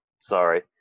sorry